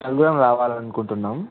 నలుగురం రావాలి అనుకుంటున్నాం